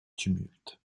tumulte